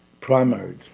primaries